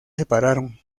separaron